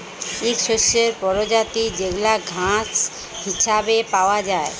ইক শস্যের পরজাতি যেগলা ঘাঁস হিছাবে পাউয়া যায়